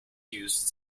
used